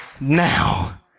now